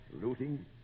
Looting